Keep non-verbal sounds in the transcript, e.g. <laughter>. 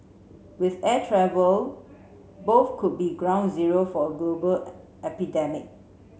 with air travel both could be ground zero for a global <unintelligible> epidemic